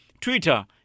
Twitter